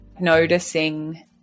Noticing